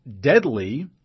deadly